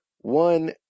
One